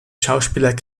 schauspieler